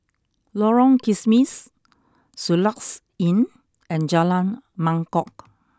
Lorong Kismis Soluxe Inn and Jalan Mangkok